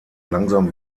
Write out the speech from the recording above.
langsam